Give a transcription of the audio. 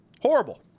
Horrible